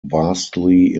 vastly